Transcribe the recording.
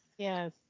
Yes